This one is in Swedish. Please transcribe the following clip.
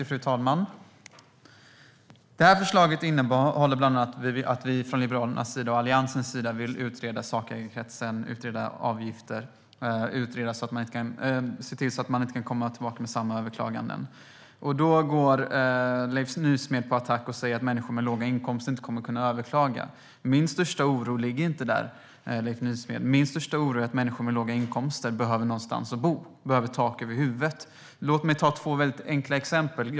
Fru talman! Detta förslag innehåller bland annat att vi från Liberalernas och Alliansens sida vill utreda sakägarkretsen, avgifter och se till att man inte kan komma tillbaka med samma överklagande. Leif Nysmed går då till attack och säger att människor med låga inkomster inte kommer att kunna överklaga. Min största oro ligger inte där, Leif Nysmed. Min största oro är att människor med låga inkomster behöver någonstans att bo och tak över huvudet. Låt mig ta två väldigt enkla exempel.